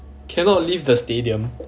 cannot leave the stadium